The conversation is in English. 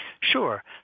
Sure